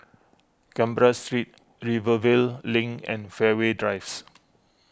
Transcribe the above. Canberra Street Rivervale Link and Fairways Drives